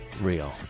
Real